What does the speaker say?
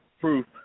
proof